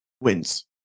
wins